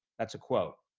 that's a quote.